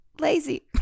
lazy